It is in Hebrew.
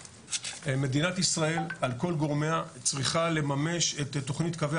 מדינת ישראל על כל גורמיה צריכה לממש את תכנית קווי